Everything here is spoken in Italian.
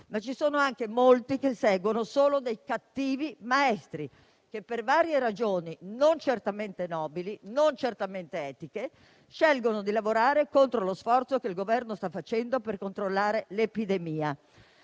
ma ci sono anche molti che seguono solo dei cattivi maestri, che per varie ragioni, non certamente nobili, non certamente etiche, scelgono di lavorare contro lo sforzo che il Governo sta facendo per controllare l'epidemia.